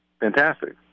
Fantastic